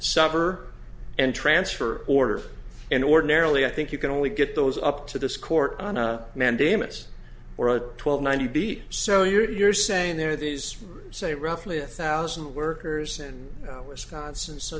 supper and transfer order and ordinarily i think you can only get those up to this court on a mandamus or a twelve ninety be so you're saying there are these say roughly a thousand workers in wisconsin so